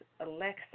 Alexa